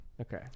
Okay